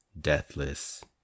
deathless